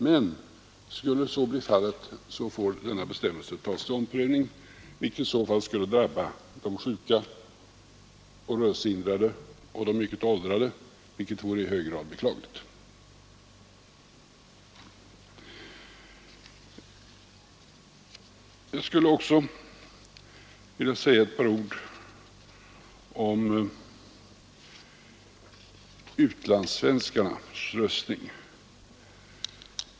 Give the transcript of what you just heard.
Skulle tendensen till obehörig påverkan komma att öka, får denna bestämmelse tas under omprövning, vilket i så fall skulle drabba de sjuka, de rörelsehindrade och de mycket åldrade, vilket vore i hög grad beklagligt. Jag skulle också vilja säga ett par ord om utlandssvenskarnas röstning.